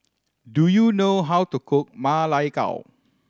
do you know how to cook Ma Lai Gao